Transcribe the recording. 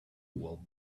will